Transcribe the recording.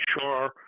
sure